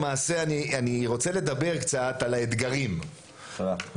למעשה אני רוצה לדבר קצת על האתגרים ולמה.